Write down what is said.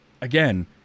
again